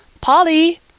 Polly